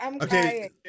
Okay